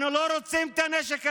אנחנו לא רוצים את הנשק הזה.